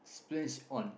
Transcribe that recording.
spends on